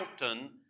mountain